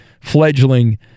fledgling